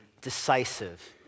decisive